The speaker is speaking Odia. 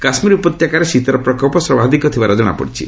କାଶ୍ମୀର ଉପତ୍ୟକାରେ ଶୀତର ପ୍ରକୋପ ସବାଧିକ ଥିବାର ଜଣାପଡ଼ିଛି